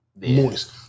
moist